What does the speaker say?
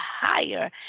higher